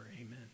Amen